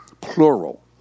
Plural